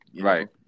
Right